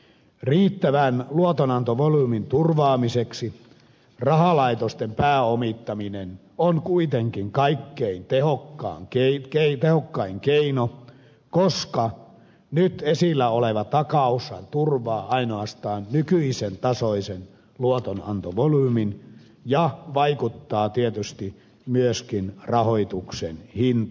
riittävän luotonantovolyymin turvaamiseksi rahalaitosten pääomittaminen on kuitenkin kaikkein tehokkain keino koska nyt esillä oleva takaushan turvaa ainoastaan nykyisen tasoisen luotonantovolyymin ja vaikuttaa tietysti myöskin rahoituksen hintaan